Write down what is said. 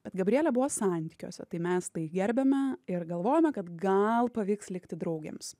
bet gabrielė buvo santykiuose tai mes gerbėme ir galvojome kad gal pavyks likti draugėms